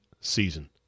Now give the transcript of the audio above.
season